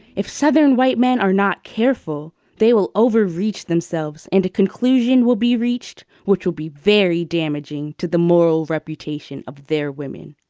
if southern white men are not careful they will overreach themselves and a conclusion will be reached which will be very damaging to the moral reputation of their women.